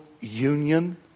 union